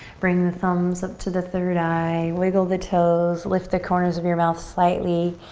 bring the thumbs up to the third eye, wiggle the toes, lift the corners of your mouth slightly.